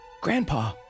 Grandpa